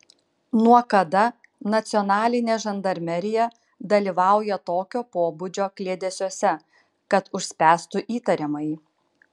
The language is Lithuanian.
nuo kada nacionalinė žandarmerija dalyvauja tokio pobūdžio kliedesiuose kad užspęstų įtariamąjį